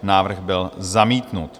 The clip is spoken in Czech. Návrh byl zamítnut.